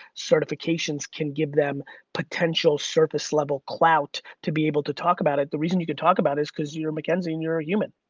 certifications can give them potential surface level clout to be able to talk about it. the reason you can talk about it is because you're mackenzie and you're a human